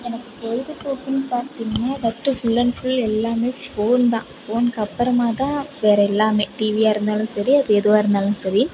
எனக்கு பொழுதுபோக்குன்னு பார்த்திங்னா ஃபர்ஸ்ட்டு ஃபுல் அண்ட் ஃபுல் எல்லாமே ஃபோன் தான் ஃபோனுக்கு அப்புறமா தான் வேறு எல்லாமே டிவியாக இருந்தாலும் சரி அது எதுவாக இருந்தாலும் சரி